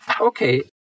Okay